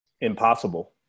Impossible